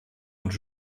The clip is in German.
und